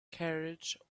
carriage